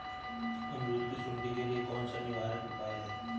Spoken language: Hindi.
अमरूद की सुंडी के लिए कौन सा निवारक उपाय है?